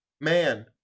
Man